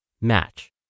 match